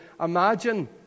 Imagine